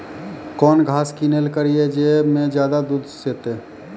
कौन घास किनैल करिए ज मे ज्यादा दूध सेते?